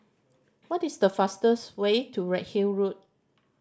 what is the fastest way to Redhill Road